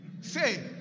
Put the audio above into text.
Say